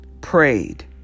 prayed